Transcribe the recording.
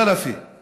זלפה, מוחמד